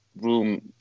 room